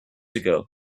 ago